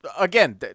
Again